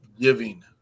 giving